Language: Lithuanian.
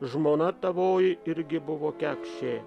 žmona tavoji irgi buvo kekšė